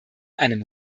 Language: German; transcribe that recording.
einem